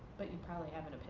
but you probably have an